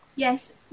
Yes